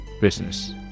business